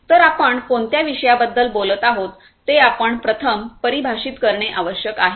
तर आपण कोणत्या विषयाबद्दल बोलत आहोत ते आपण प्रथम परिभाषित करणे आवश्यक आहे